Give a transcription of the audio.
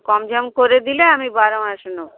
কম সম করে দিলে আমি বারো মাসেই নেবো